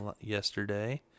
yesterday